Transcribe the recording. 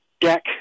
deck